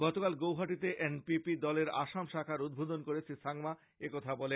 গতকাল গৌহাটীতে এনপিপি দলের আসাম শাখার উদ্বোধন করে শ্রীসাংমা একথা বলেন